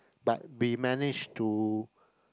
but we managed to